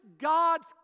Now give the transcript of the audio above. God's